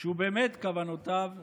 שבאמת כוונותיו טובות,